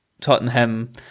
Tottenham